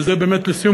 וזה באמת לסיום,